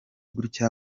gutya